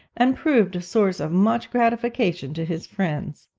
and proved a source of much gratification to his friends.